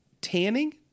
tanning